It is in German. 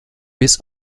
bis